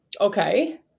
Okay